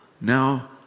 Now